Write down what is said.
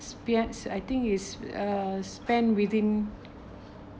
I think is uh spend within